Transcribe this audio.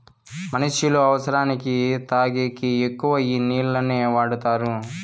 మనుష్యులు అవసరానికి తాగేకి ఎక్కువ ఈ నీళ్లనే వాడుతారు